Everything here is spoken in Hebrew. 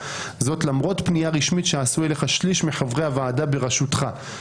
זאת למרות פנייה רשמית שעשו אליך שליש מחברי הוועדה בראשותך.